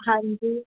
ਹਾਂਜੀ